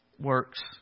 works